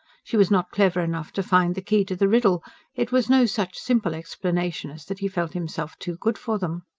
she was not clever enough to find the key to the riddle it was no such simple explanation as that he felt himself too good for them.